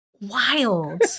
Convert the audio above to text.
Wild